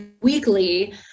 weekly